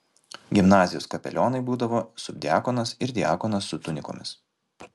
gimnazijos kapelionai būdavo subdiakonas ir diakonas su tunikomis